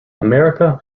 america